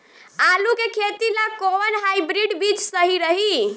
आलू के खेती ला कोवन हाइब्रिड बीज सही रही?